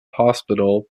hospital